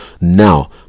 now